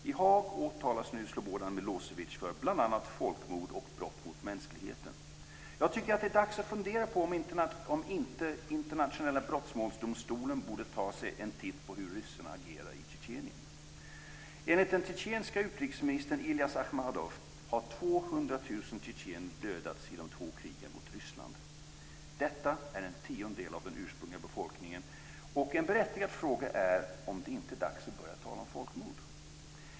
I Haag åtalas nu Slobodan Milosevíc för bl.a. folkmord och brott mot mänskligheten. Jag tycker att det är dags att fundera på om inte Internationella brottmålsdomstolen borde ta sig en titt på hur ryssarna agerar i Tjetjenien. Akhmadov har 200 000 tjetjener dödats i de två krigen mot Ryssland. Detta är en tiondel av den ursprungliga befolkningen, och en berättigad fråga är om det inte är dags att börja tala om folkmord.